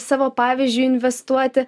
savo pavyzdžiui investuoti